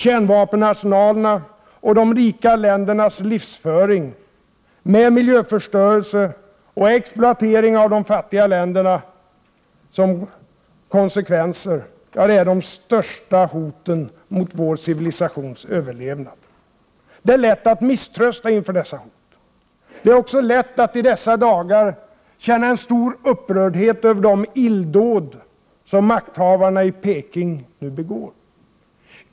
Kärnvapenarsenalerna och de rika ländernas livsföring, med miljöförstörelse och exploatering av de fattiga länderna som konsekvenser, är de största hoten mot vår civilisations överlevnad. Det är lätt att misströsta inför dessa hot. Det är också lätt att i dessa dagar känna en stor upprördhet över de illdåd som makthavarna i Peking nu begår.